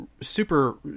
super